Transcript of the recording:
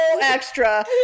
extra